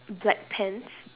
black pants